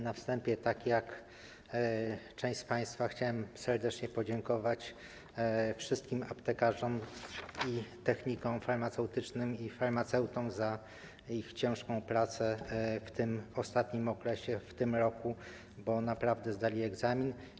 Na wstępie, tak jak część z państwa, chciałem serdecznie podziękować wszystkim aptekarzom, technikom farmaceutycznym i farmaceutom za ich ciężką pracę w tym ostatnim okresie, w tym roku, bo naprawdę zdali egzamin.